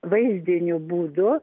vaizdiniu būdu